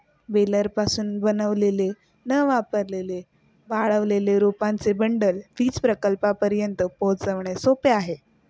बेलरपासून बनवलेले न वापरलेले वाळलेले रोपांचे बंडल वीज प्रकल्पांपर्यंत पोहोचवणे सोपे आहे